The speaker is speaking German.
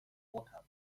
vortag